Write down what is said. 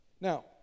Now